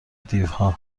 دیوها